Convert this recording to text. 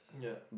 yeah